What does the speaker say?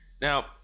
now